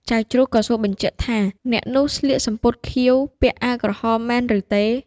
ចៅជ្រូកក៏សួរបញ្ជាក់ថា អ្នកនោះស្លៀកសំពត់ខៀវ ពាក់អាវក្រហមមែនឬទេ ?